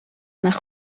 nach